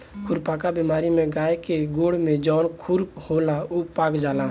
खुरपका बेमारी में गाय के गोड़ में जवन खुर होला उ पाक जाला